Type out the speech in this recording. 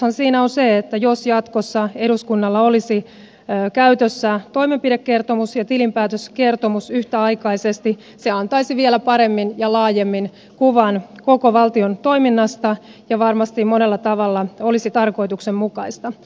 tarkoitushan siinä on se että jos jatkossa eduskunnalla olisi käytössä toimenpidekertomus ja tilinpäätöskertomus yhtäaikaisesti se antaisi vielä paremmin ja laajemmin kuvan koko valtion toiminnasta ja varmasti monella tavalla olisi tarkoituksenmukaista